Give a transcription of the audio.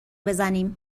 بزنیم